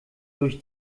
durch